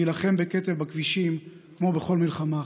להילחם בקטל בכבישים כמו בכל מלחמה אחרת.